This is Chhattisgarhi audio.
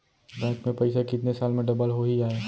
बैंक में पइसा कितने साल में डबल होही आय?